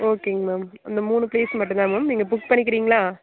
ஓகேங்க மேம் அந்த மூணு பிளேஸ் மட்டும் தான் மேம் நீங்கள் புக் பண்ணிக்கிறிங்களா